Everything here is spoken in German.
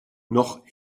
noch